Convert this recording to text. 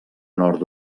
nord